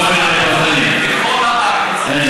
תראו לי באופן פרטני, באופן אישי, באופן, אין